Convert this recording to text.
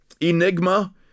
enigma